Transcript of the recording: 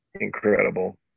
incredible